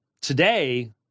today